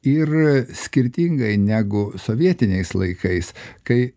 ir skirtingai negu sovietiniais laikais kai